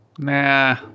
Nah